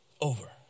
over